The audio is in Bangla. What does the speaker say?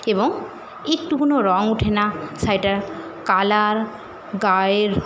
এবং একটুকুনো রং ওঠে না শাড়িটার কালার গায়ের